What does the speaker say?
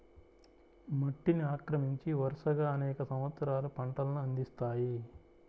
మట్టిని ఆక్రమించి, వరుసగా అనేక సంవత్సరాలు పంటలను అందిస్తాయి